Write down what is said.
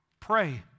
Pray